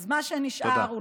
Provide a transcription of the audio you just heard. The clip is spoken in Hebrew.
אז מה שנשאר, תודה.